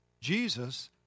Jesus